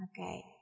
Okay